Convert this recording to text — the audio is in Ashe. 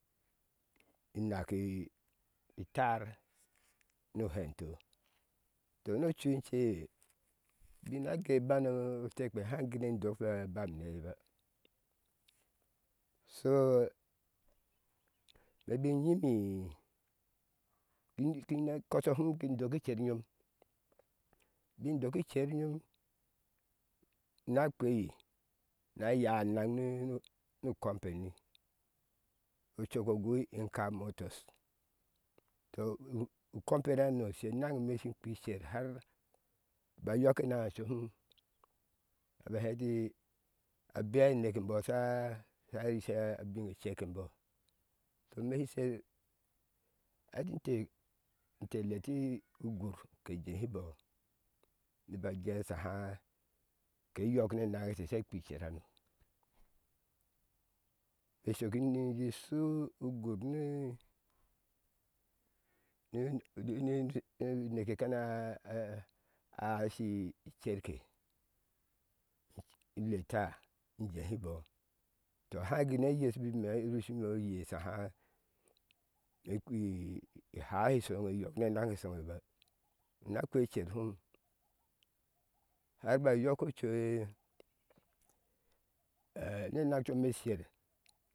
I nak itar nu hento to nu uice kena gui uban oteke hai guni doke bama na eaiba so me ni nyinmii kini kini kɔtɔ hum kinbi doki icer nyom kin doki ker nyom na kpei na yaa anaŋ nu copeni ocoke ogui inka motos to u u. compeni hano she naŋ me shn kpi cer har ba yɔk enaŋ ecom hum a ba hɛ ati abea a neke embɔ sha sha a rishi he abine cerkenbɔɔ to me shi sher ati ente te ele ti ugur jehibɔ ni bɔɔ jee shaha ke yɔk ne naŋ te she kpi icer hano me shok ni ji shuu ugur ni ni ni neke kana a a a hashi cerke in leta in jehibɔ tɔ haŋ gune yeshi bi mee erushime oye shaha me kpi háá shi shoŋein yɔk nenaŋshe shoŋeba ina kpi cerhum har ba yək ocuee nenaŋ cem me sher